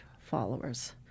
followers